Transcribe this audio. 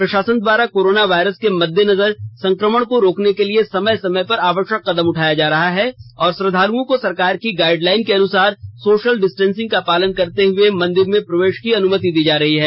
प्रशासन द्वारा corona virus के मद्देनजर संक्रमण को रोकने के लिए समय समय पर आवश्यक कदम उठाया जा रहा है और श्रद्वालुओं को सरकार की गाइडलाइन के अनुसार सोशल डिस्टैंसिंग का पालन करते हुए मंदिर में प्रवेश करने की अनुमति दी जा रही है